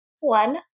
One